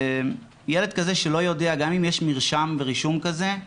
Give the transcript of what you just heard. ילד כזה שלא יודע, גם אם יש מרשם ורישום כזה,